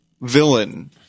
villain